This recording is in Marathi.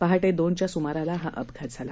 पहाट बीनच्या सूमाराला हा अपघात झाला